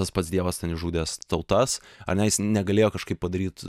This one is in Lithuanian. tas pats dievas išžudęs tautas ane jis negalėjo kažkaip padaryt